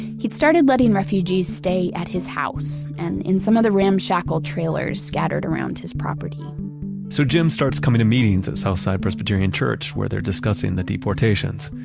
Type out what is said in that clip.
he'd started letting refugees stay at his house and in some of the ramshackle trailers scattered around his property so jim starts coming to meetings at southside presbyterian church where they're discussing the deportations.